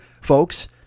folks